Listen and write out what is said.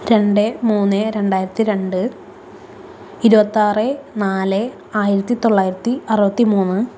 രണ്ട് മൂന്ന് രണ്ടായിരത്തിരണ്ട് ഇരുപത്താറേ നാല് ആയിരത്തിത്തൊള്ളായിരത്തി അറുപത്തിമൂന്ന്